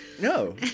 no